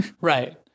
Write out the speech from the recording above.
right